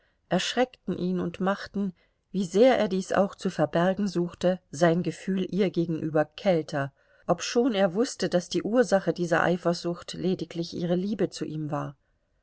erschreckten ihn und machten wie sehr er dies auch zu verbergen suchte sein gefühl ihr gegenüber kälter obschon er wußte daß die ursache dieser eifersucht lediglich ihre liebe zu ihm war